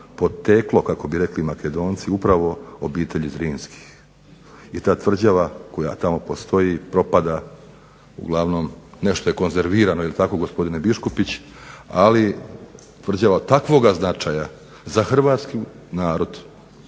poteklo kako bi rekli Makedonci upravo obitelji Zrinskih. I ta tvrđava koja tamo postoji propada uglavnom nešto je konzervirano, je li tako gospodine Biškupić. Ali tvrđava takvoga značaja za hrvatski narod,